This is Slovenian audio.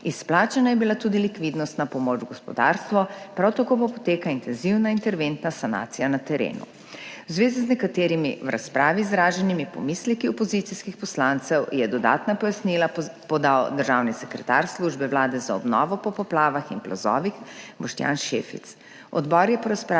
izplačana je bila tudi likvidnostna pomoč gospodarstvu, prav tako pa poteka intenzivna interventna sanacija na terenu. V zvezi z nekaterimi v razpravi izraženimi pomisleki opozicijskih poslancev je dodatna pojasnila podal državni sekretar Službe Vlade za obnovo po poplavah in plazovih Boštjan Šefic.